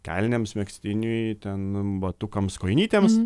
kelnėms megztiniui ten batukams kojinytėms